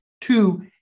Two